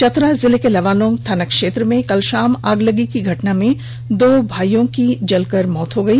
चतरा जिले के लावालौंग थाना क्षेत्र में कल शाम अगलगी की घटना में दो मासुम भाईयों की जलकर मौत हो गई